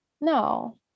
No